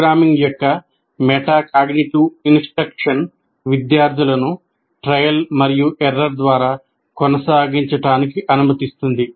programming యొక్క metacognitive instruction విద్యార్థులను trial మరియు ఎర్రర్ ద్వారా కొనసాగించడానికి అనుమతిస్తుంది